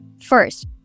First